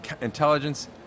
Intelligence